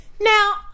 now